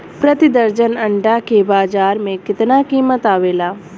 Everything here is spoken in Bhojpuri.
प्रति दर्जन अंडा के बाजार मे कितना कीमत आवेला?